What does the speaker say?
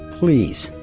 please,